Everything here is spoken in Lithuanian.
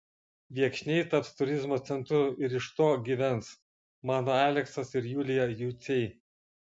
viekšniai taps turizmo centru ir iš to gyvens mano aleksas ir julija juciai